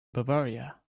bavaria